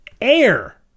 Air